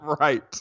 Right